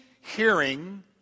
hearing